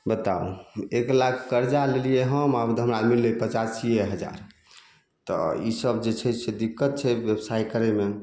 बताउ एक लाख कर्जा लेलियै हम आओर हमरा मिलतै पचासिये हजार तऽ ई सब जे छै से दिक्कत छै व्यवसाय करयमे